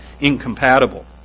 incompatible